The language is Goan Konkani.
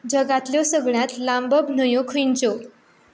जगांतल्यो सगळ्यांत लांब न्हंयो खंयच्यो